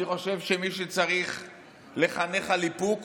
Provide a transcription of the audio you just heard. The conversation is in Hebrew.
אני חושב שאת מי שצריך לחנך לאיפוק